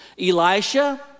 Elisha